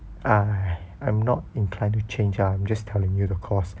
!aiya! I'm not inclined to change lah I'm just telling you the cost